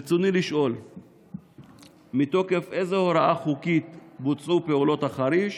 רצוני לשאול: 1. מתוקף איזו הוראה חוקית בוצעו פעולות החריש?